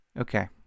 Okay